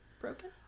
broken